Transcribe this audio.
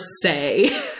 say